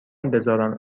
بذارم